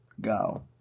go